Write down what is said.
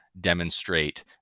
demonstrate